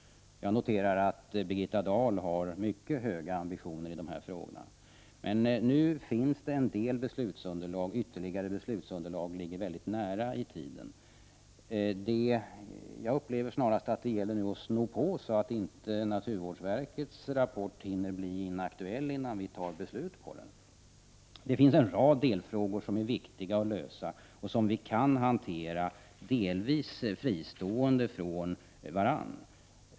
Jag noterar att Birgitta Dahl har mycket höga ambitioner i dessa frågor. Det finns emellertid visst beslutsunderlag, och ytterligare beslutsunderlag ligger mycket nära i tiden. Enligt min uppfattning gäller det snarast att sno på, så att inte naturvårdsverkets rapport hinner bli inaktuell innan vi fattar beslut med den som underlag. Det finns en rad delfrågor som det är viktigt att lösa och som vi kan hantera delvis fristående från varandra.